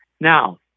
Now